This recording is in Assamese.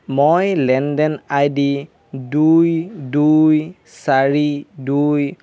ই লেনদেন আইডি দুই দুই চাৰি দুই